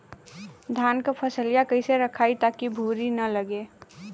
धान क फसलिया कईसे रखाई ताकि भुवरी न लगे?